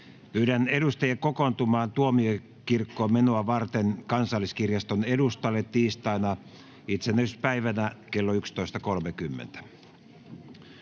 Pyydän edustajia kokoontumaan Tuomiokirkkoon menoa varten Kansalliskirjaston edustalle tiistaina, itsenäisyyspäivänä kello 11.30.